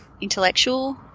intellectual